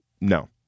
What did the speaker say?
no